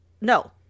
no